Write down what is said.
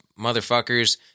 motherfuckers